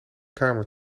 kamer